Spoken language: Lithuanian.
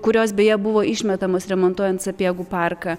kurios beje buvo išmetamos remontuojant sapiegų parką